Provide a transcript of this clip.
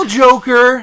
joker